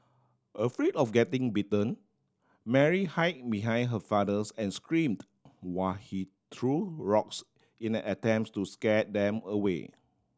afraid of getting bitten Mary hid behind her fathers and screamed while he threw rocks in an attempts to scare them away